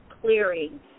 Clearing